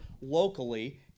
locally